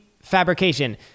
fabrication